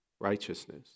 Righteousness